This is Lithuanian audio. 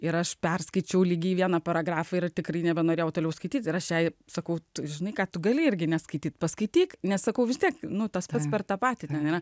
ir aš perskaičiau lygiai vieną paragrafą ir tikrai nebenorėjau toliau skaityt ir aš jai sakau tu žinai ką tu gali irgi neskaityti paskaityk nes sakau vis tiek nu tas pats per tą patį yra